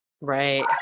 Right